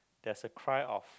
there's a cry of